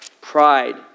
pride